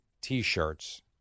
T-shirts